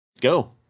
Go